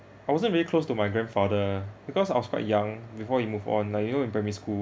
I wasn't really close to my grandfather because I was quite young before he move on like you know in primary school